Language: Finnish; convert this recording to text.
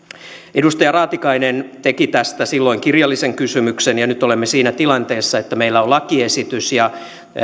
edustaja raatikainen teki tästä silloin kirjallisen kysymyksen ja nyt olemme siinä tilanteessa että meillä on lakiesitys ja